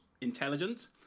intelligent